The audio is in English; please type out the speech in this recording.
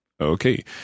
Okay